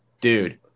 dude